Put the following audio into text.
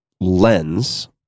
lens